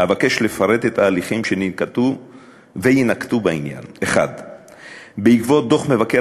אבקש לפרט את ההליכים שננקטו ויינקטו בעניין: 1. בעקבות דוח מבקר